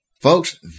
Folks